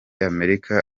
amerika